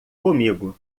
comigo